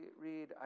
read